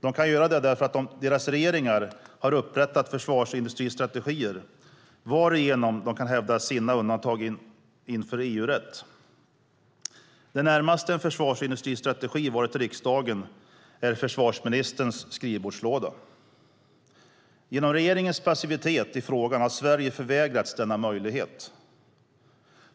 De kan göra det därför att deras regeringar har upprättat försvarsindustristrategier varigenom de kan hävda sina undantag inför EU-rätten. Det närmaste en försvarsindustristrategi har varit riksdagen är försvarsministerns skrivbordslåda. Genom regeringens passivitet i frågan har Sverige förvägrats denna möjlighet.